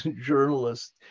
journalists